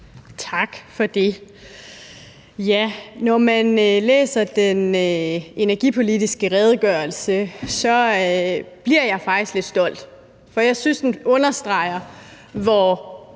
Tak for det. Når jeg læser den energipolitiske redegørelse, bliver jeg faktisk lidt stolt, for jeg synes, den understreger, hvor